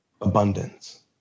abundance